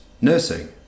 Nursing